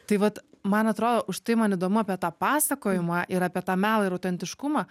tai vat man atrodo už tai man įdomu apie tą pasakojimą ir apie tą melą ir autentiškumą